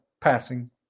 passing